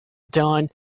dawn